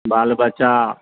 बालबच्चा